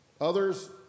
others